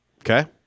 Okay